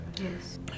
yes